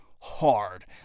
hard